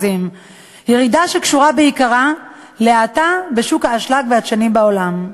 ירידה שקשורה בעיקרה להאטה בשוק האשלג והדשנים בעולם.